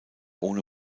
ohne